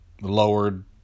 lowered